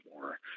more